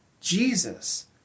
Jesus